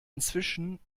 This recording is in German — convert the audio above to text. inzwischen